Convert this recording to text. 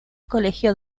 colegio